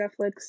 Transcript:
Netflix